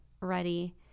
ready